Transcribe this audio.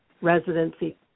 residency